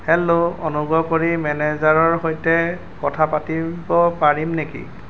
hello অনুগ্ৰহ কৰি মেনেজাৰৰ সৈতে কথা পাতিব পাৰিম নেকি